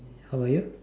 how are you